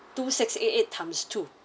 two six eight eight times two